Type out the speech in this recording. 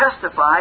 testify